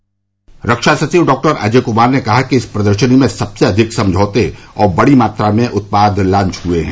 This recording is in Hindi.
रक्षा सचिव डॉ अजय क्मार ने कहा कि इस प्रदर्शनी में सबसे अधिक समझौते और बड़ी मात्रा में उत्पाद लांच हुए हैं